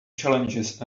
challenges